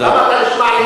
למה אתה נשמע, תודה.